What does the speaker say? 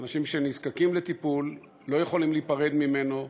אנשים שנזקקים לטיפול, לא יכולים להיפרד ממנו,